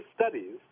studies